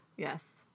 Yes